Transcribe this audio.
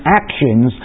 actions